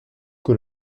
que